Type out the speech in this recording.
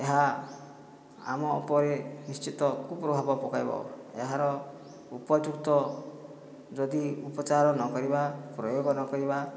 ଏହା ଆମ ଉପରେ ନିଶ୍ଚିତ କୁପ୍ରଭାବ ପକାଇବ ଏହାର ଉପଯୁକ୍ତ ଯଦି ଉପଚାର ନକରିବା ପ୍ରୟୋଗ ନକରିବା